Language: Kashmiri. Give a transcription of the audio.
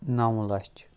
نَو لَچھ